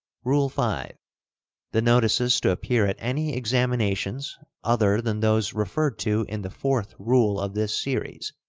rule five the notices to appear at any examinations other than those referred to in the fourth rule of this series,